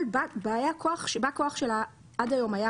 אבל בא הכוח שלה עד היום היה